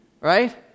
Right